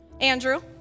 Andrew